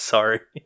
Sorry